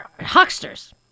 hucksters